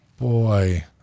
Boy